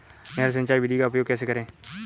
नहर सिंचाई विधि का उपयोग कैसे करें?